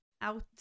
out